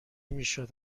میشد